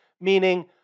meaning